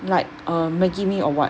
like uh maggie mee or what